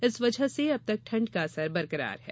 इस वजह से अब तक ठंड का असर बरकरार है